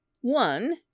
one